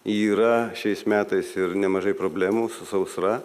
yra šiais metais ir nemažai problemų su sausra